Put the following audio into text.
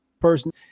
person